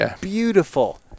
beautiful